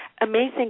amazing